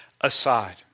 aside